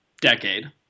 decade